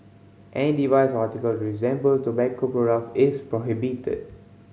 any device article resembles tobacco products is prohibited